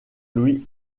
louis